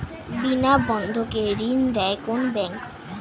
বিনা বন্ধকে ঋণ দেয় কোন ব্যাংক?